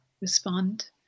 respond